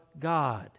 God